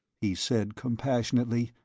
he said compassionately,